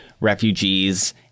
refugees